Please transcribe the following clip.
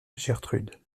gertrude